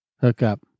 hookup